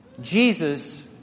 Jesus